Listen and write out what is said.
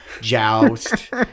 joust